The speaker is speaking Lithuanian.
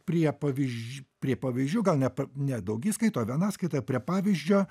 prie pavyž prie pavyzdžių gal ne pa ne daugiskaita vienaskaita prie pavyzdžio